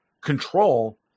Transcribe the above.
control